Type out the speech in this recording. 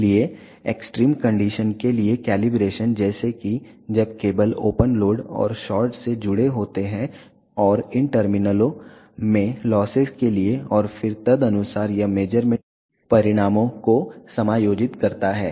इसलिए extreme condition के लिए कैलिब्रेशन जैसे कि जब केबल ओपन लोड और शॉर्ट से जुड़े होते हैं और इन टर्मिनलों में लॉसेस के लिए और फिर तदनुसार यह मेज़रमेंट परिणामों को समायोजित करता है